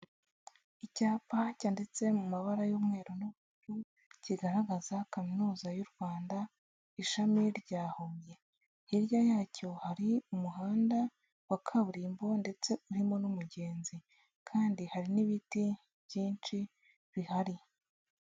Icyapa cyanditse mu mabara y'umweru n'ubururu kigaragaza Kaminuza y'u Rwanda ishami rya Huye, hirya yacyo hari umuhanda wa kaburimbo ndetse urimo n'umugenzi kandi hari n'ibiti byinshi bihari.